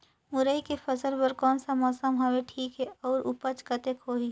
मुरई के फसल बर कोन सा मौसम हवे ठीक हे अउर ऊपज कतेक होही?